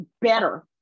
better